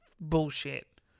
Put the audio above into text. bullshit